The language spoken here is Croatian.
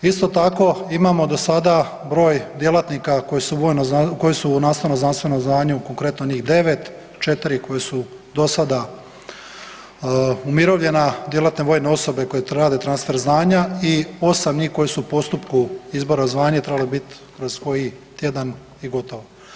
Isto tako imamo do sada broj djelatnika koji su u nastavno-znanstvenom zvanju, konkretno njih 9, 4 koje su do sada umirovljena, djelatne vojne osobe koje rade transfer znanja i 8 njih koje su u postupku izbora zvanje i trebali bi biti kroz koji tjedan i gotovo.